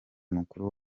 mukuru